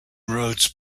roads